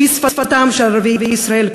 שהיא שפתם של ערביי ישראל,